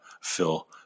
Phil